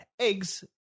eggs